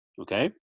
okay